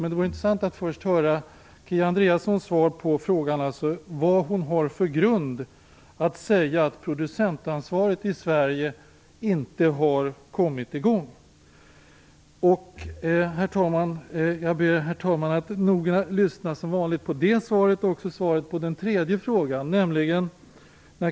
Men först vill jag alltså höra Kia Andreassons svar på vilken grund hon har för att säga att producentansvaret i Sverige inte har kommit i gång. Jag ber herr talman, att som vanligt lyssna noga på det svaret liksom på svaret på den tredje frågan.